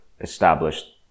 established